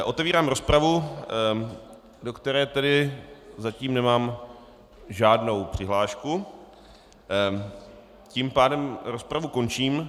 Otevírám rozpravu, do které zatím nemám žádnou přihlášku, tím pádem rozpravu končím.